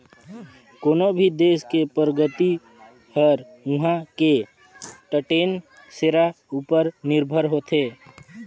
कोनो भी देस के परगति हर उहां के टटेन सेरा उपर निरभर होथे